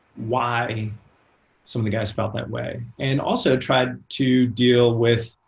why some of the guys felt that way, and also tried to deal with